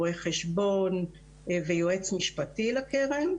רואה חשבון ויועץ משפטי לקרן,